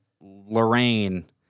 Lorraine